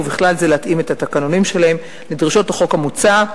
ובכלל זה להתאים את התקנונים שלהם לדרישות החוק המוצע.